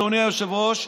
אדוני היושב-ראש,